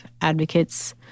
advocates